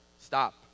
Stop